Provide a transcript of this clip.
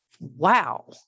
wow